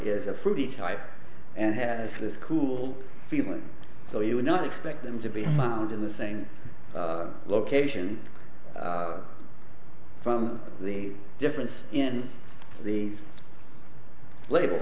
is a fruity type and has this cool feeling so you would not expect them to be found in the same location from the difference in the label